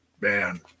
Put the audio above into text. Man